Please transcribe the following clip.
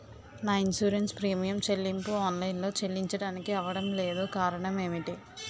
నా insurance premium చెల్లింపు online లో చెల్లించడానికి అవ్వడం లేదు కారణం ఏమిటి?